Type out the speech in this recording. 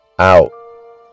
out